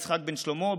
יצחק בן שלמה,